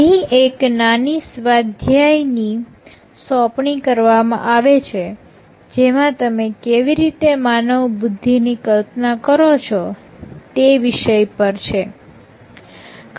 અહી એક નાની સ્વાધ્યાયની સોંપણી કરવામાં આવે છે જેમાં તમે કેવી રીતે માનવ બુદ્ધિ ની કલ્પના કરો છો તે વિષય પર છે